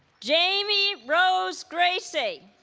jamie rose gracie